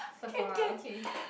Sephora okay